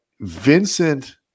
Vincent